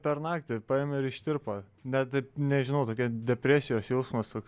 per naktį paėmė ir ištirpo net taip nežinau tokia depresijos jausmas toks